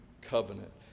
covenant